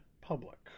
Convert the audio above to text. public